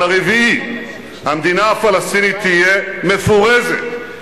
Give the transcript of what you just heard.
הרביעי: המדינה הפלסטינית תהיה מפורזת,